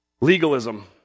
Legalism